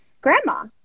grandma